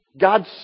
God's